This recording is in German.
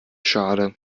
schade